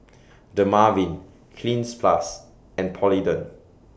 Dermaveen Cleanz Plus and Polident